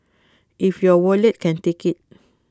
if your wallet can take IT